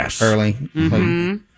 early